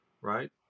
right